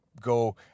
go